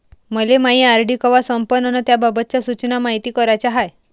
मले मायी आर.डी कवा संपन अन त्याबाबतच्या सूचना मायती कराच्या हाय